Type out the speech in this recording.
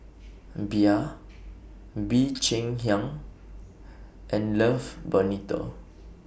Bia Bee Cheng Hiang and Love Bonito